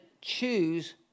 choose